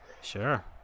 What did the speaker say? Sure